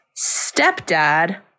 Stepdad